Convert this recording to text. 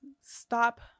stop